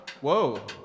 whoa